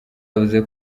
yavuze